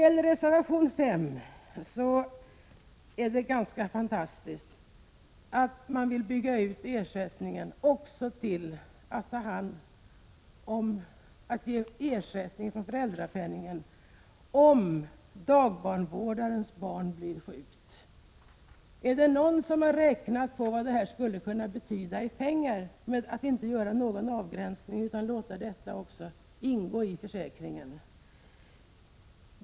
I reservation 5 föreslås ganska fantastiskt att man skall bygga ut ersättningen också till det fallet att dagbarnvårdarens barn blir sjuka. Är det någon som har räknat ut vad detta skulle kunna betyda i pengar, ifall vi inte gör någon avgränsning utan låter detta ingå i försäkringen?